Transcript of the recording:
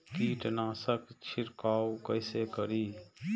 कीट नाशक छीरकाउ केसे करी?